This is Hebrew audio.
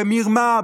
במרמה,